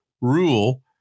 rule